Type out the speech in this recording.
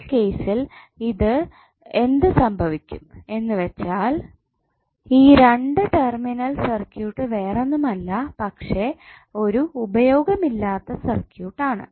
ഈ കേസിൽ ഇത് എന്ത് സംഭവിക്കും എന്ന് വെച്ചാൽ ഈ രണ്ട് ടെർമിനൽ സർക്യൂട്ട് വേറൊന്നുമല്ല പക്ഷേ ഒരു ഉപയോഗമില്ലാത്ത സർക്യൂട്ട് ആണ്